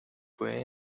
puede